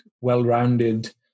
well-rounded